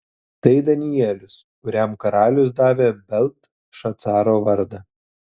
tai danielius kuriam karalius davė beltšacaro vardą